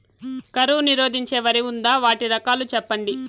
కరువు నిరోధించే వరి ఉందా? వాటి రకాలు చెప్పండి?